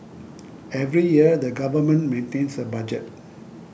every year the government maintains a budget